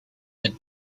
had